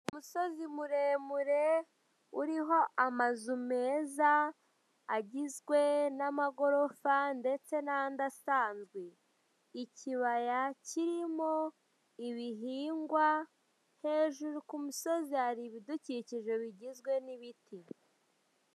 Umusozo muremure uriho amazu meza agizwe n'amagorofa ndetse n'andi asanzwe. Ikibaya kirimo ibihingwa, hejuru ku musozi hari ibidukikije bigizwe n'ibiti.